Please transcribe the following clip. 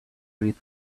read